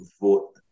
vote